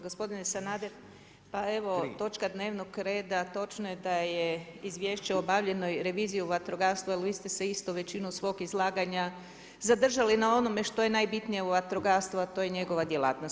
Gospodine Sanader, pa evo točka dnevnog reda točno je da je izviješće o obavljenoj reviziji u vatrogastvu, ali vi ste se isto većinu svog izlaganja zadržali na onome što je najbitnije u vatrogastvu, a to je njegova djelatnost.